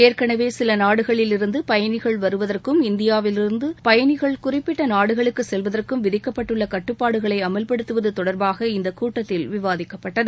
ஏற்கனவே சில நாடுகளிலிருந்து பயணிகள் வருவதற்கும் இந்தியாவிலிருந்து பயணிகள் குறிப்பிட்ட நாடுகளுக்கு செல்வதற்கும் விதிக்கப்பட்டுள்ள கட்டுப்பாடுகளை அமவ்படுத்துவது தொடர்பாகவும் இந்தக் கூட்டத்தில் விவாதிக்கப்பட்டது